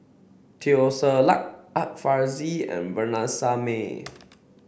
Teo Ser Luck Art Fazil and Vanessa Mae